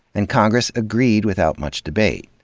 and congress agreed without much debate.